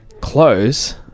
close